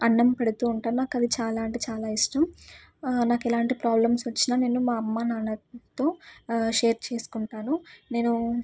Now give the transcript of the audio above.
అన్నం పెడుతూ ఉంటారు నాకు అది చాలా అంటే చాలా ఇష్టం నాకు ఎలాంటి ప్రాబ్లమ్స్ వచ్చినా నేను మా అమ్మ నాన్నతో షేర్ చేసుకుంటాను నేను